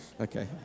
Okay